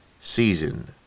season